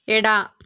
ಎಡ